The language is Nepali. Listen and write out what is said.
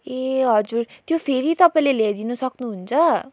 ए हजुर त्यो फेरि तपाईँले ल्याइदिनु सक्नुहुन्छ